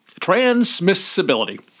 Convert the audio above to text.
Transmissibility